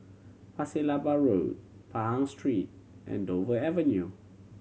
Pasir Laba Road Pahang Street and Dover Avenue